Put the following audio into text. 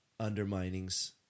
underminings